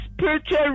spiritual